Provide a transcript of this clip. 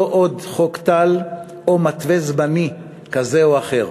לא עוד חוק טל או מתווה זמני כזה או אחר,